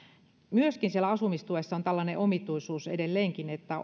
myöskin siellä asumistuessa on tällainen omituisuus edelleenkin että